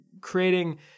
creating